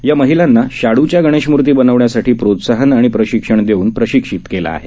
या महिलांना शाडूच्या गणेशमूर्ती बनविण्यासाठी प्रोत्साहन आणि प्रशिक्षण देऊन प्रशिक्षित केलं आहे